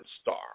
Star